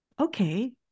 okay